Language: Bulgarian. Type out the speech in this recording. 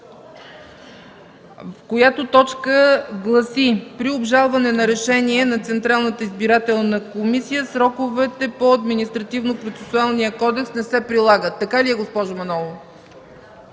от КБ.) Точката гласи: при обжалване на решение на Централната избирателна комисия сроковете по Административнопроцесуалния кодекс не се прилагат. Така ли е, госпожо Манолова?